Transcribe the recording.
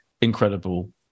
incredible